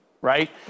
right